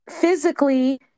physically